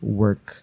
work